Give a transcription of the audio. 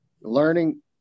learning